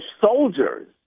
soldiers